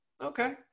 Okay